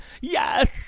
yes